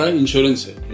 insurance